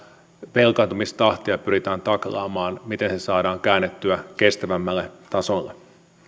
velkaantumistahtia pyritään taklaamaan miten se saadaan käännettyä kestävämmälle tasolle